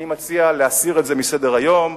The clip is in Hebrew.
אני מציע להסיר את זה מסדר-היום.